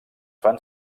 fan